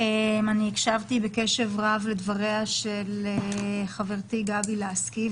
הקשבתי קשב רב לדבריה של חברתי גבי לסקי,